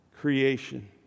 creation